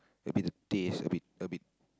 maybe the taste a bit a bit